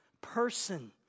person